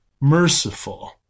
merciful